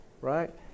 right